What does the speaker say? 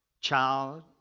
child